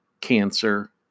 cancer